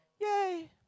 yay